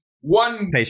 one